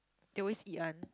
they always eat [one]